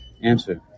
Answer